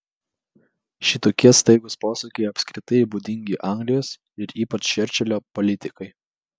šitokie staigūs posūkiai apskritai būdingi anglijos ir ypač čerčilio politikai